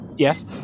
Yes